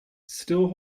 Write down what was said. still